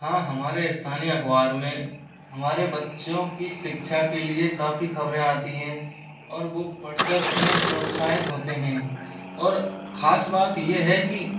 हाँ हमारे स्थानीय अख़बार में हमारे बच्चों की शिक्षा के लिए काफ़ी खबरें आती हैं और वो पढ़कर उन्हें प्रोत्साहित होते हैं और ख़ास बात ये है कि